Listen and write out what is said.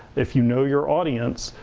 if you know your audience,